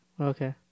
Okay